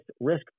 risk